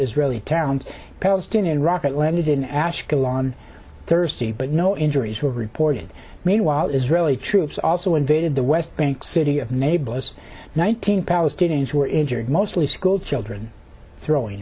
israeli towns palestinian rocket landed in ashkelon thirsty but no injuries were reported meanwhile israeli troops also invaded the west bank city of neighbors nineteen palestinians were injured mostly schoolchildren throwing